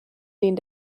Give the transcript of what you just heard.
den